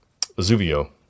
Zuvio